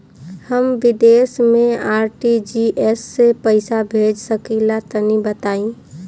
हम विदेस मे आर.टी.जी.एस से पईसा भेज सकिला तनि बताई?